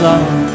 Love